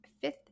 fifth